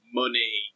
money